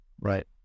Right